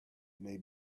may